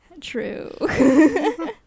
True